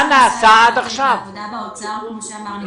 מה שנעשה זה עבודה באוצר כמו שאמרנו,